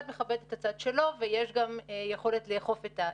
מכבד את הצד שלנו ויש גם יכולת לאכוף את ההסכמות.